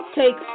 take